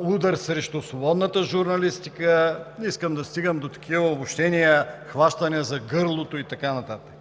удар срещу свободната журналистика. Не искам да стигам до такива обобщения – хващане за гърлото и така нататък.